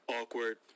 Awkward